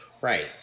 Right